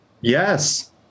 Yes